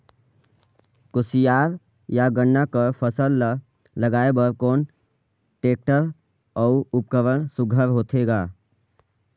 कोशियार या गन्ना कर फसल ल लगाय बर कोन टेक्टर अउ उपकरण सुघ्घर होथे ग?